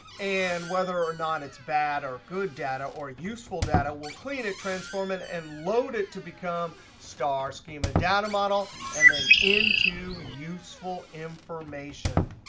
and whether or not it's bad or good data or useful data, we'll clean it, transform it, and load it to become star schema data model, and then into useful information.